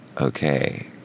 okay